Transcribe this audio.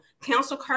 Council